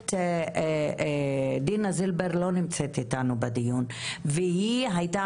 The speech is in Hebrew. גברת דינה זילבר לא נמצאת איתנו בדיון והיא הייתה